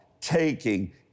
taking